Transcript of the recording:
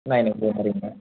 नाही नाही येणार येणार